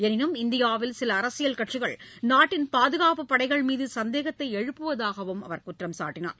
எனினும் இந்தியாவில் சில அரசியல் கட்சிகள் நாட்டின் பாதகாப்புப்படைகள் மீது சந்தேகத்தை எழுப்புவதாக குற்றம் சாட்டினார்